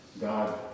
god